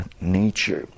nature